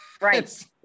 Right